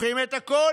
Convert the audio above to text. הופכים את הכול.